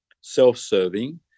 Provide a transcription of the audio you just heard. self-serving